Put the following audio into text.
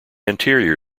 anterior